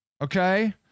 okay